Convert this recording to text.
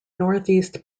northeast